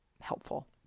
helpful